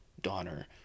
daughter